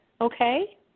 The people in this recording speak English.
okay